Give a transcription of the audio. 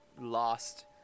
lost